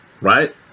Right